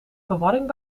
verwarring